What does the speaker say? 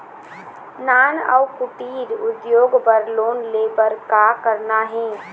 नान अउ कुटीर उद्योग बर लोन ले बर का करना हे?